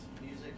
music